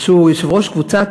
שהוא יושב-ראש קבוצת